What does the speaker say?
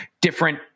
different